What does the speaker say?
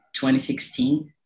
2016